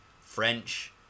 french